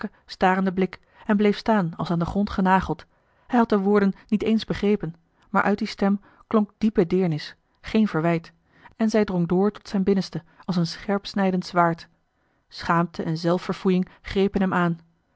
starenden blik en bleef staan als aan den grond genageld hij had de woorden niet eens begrepen maar uit die stem klonk diepe deernis geen verwijt en zij drong door tot zijn binnenste als een scherpsnijdend zwaard schaamte en zelfverfoeiing grepen hem aan